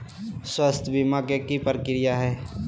स्वास्थ बीमा के की प्रक्रिया है?